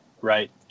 Right